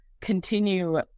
continue